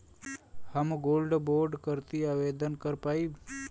हम gold bond करती आवेदन कर पाईब?